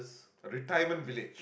a retirement village